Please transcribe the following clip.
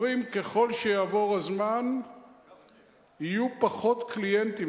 אומרים שככל שיעבור הזמן יהיו פחות קליינטים,